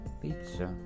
pizza